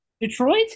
Detroit